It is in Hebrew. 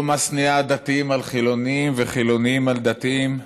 לא משניאה דתיים על חילונים וחילונים על דתיים,